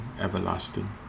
everlasting